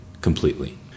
completely